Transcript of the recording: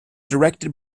directed